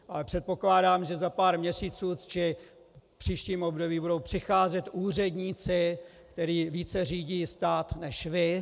Ale předpokládám, že za pár měsíců či v příštím období budou přicházet úředníci, kteří více řídí stát než vy.